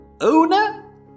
owner